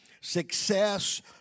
success